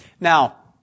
Now